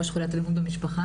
ראש יחידת אלימות במשפחה.